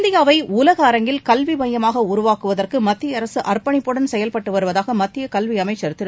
இந்தியாவை உலக அரங்கில் கல்வி மையமாக உருவாக்குவதற்கு மத்திய அரசு அர்ப்பணிப்புடன் செயல்பட்டு வருவதாக மத்திய கல்வி அமைச்சர் திரு